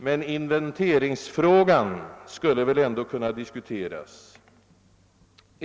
Men inventeringsfrågan skulle väl ändå kunna diskuteras.